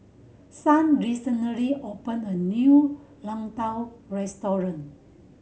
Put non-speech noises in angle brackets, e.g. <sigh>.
Son recently opened a new <unintelligible> restaurant